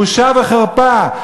בושה וחרפה.